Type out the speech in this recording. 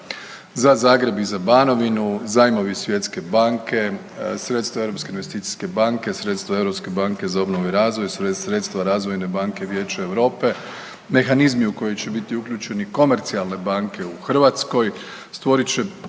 za Zagreb i za Banovinu, zajmovi Svjetske banke, sredstva Europske investicijske banke, sredstva Europske banke za obnovu i razvoj, sredstva Razvojne banke Vijeća EU, mehanizmi u koji će biti uključeni komercijalne banke u Hrvatskoj, stvorit će